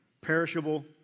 Perishable